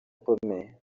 ikomeye